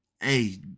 hey